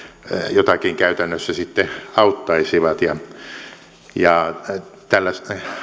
jotakin käytännössä sitten auttaisivat tällä